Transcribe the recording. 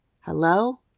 Hello